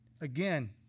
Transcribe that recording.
Again